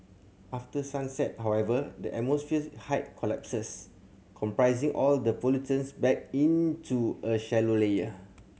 after sunset however the atmosphere height collapses compressing all the pollutants back into a shallow layer